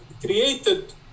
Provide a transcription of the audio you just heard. created